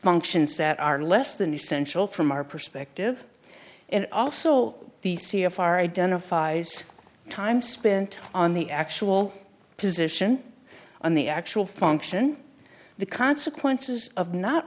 functions that are less than essential from our perspective and also the c f r identifies the time spent on the actual position on the actual function the consequences of not